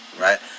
Right